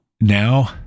now